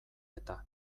eta